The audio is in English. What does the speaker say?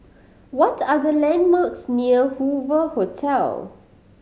what are the landmarks near Hoover Hotel